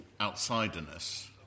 outsiderness